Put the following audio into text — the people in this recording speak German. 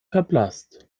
verblasst